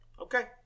Okay